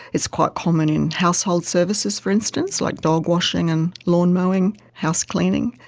it's quite common in household services for instance, like dog washing and lawnmowing, housecleaning,